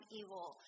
evil